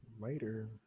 later